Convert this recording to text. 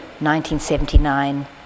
1979